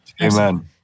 amen